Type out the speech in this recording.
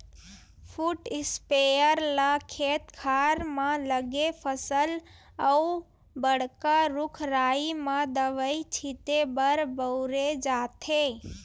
foot sprayer ल खेत खार म लगे फसल अउ बड़का रूख राई म दवई छिते बर बउरे जाथे